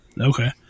okay